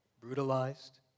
brutalized